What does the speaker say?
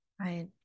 Right